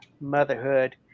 motherhood